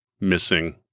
missing